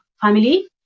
family